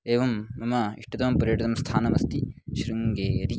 एवं मम इष्टतमं पर्यटनस्थानमस्ति शृङ्गेरि